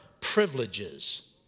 privileges